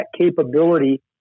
capability